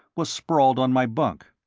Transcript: was sprawled on my bunk.